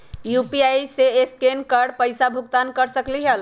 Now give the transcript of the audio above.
UPI से scan कर पईसा भुगतान कर सकलीहल?